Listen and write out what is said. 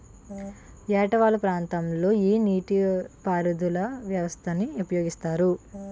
ఏట వాలు ప్రాంతం లొ ఏ నీటిపారుదల వ్యవస్థ ని ఉపయోగిస్తారు?